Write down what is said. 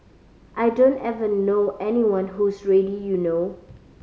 I don't ever know anyone who's ready you know